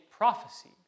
prophecy